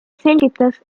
selgitas